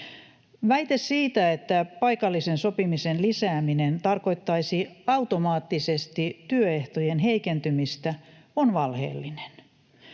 Väite siitä, että paikallisen sopimisen lisääminen tarkoittaisi automaattisesti työehtojen heikentymistä, on valheellinen,